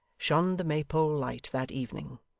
shone the maypole light that evening.